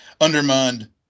undermined